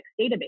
database